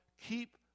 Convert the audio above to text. Keep